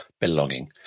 belonging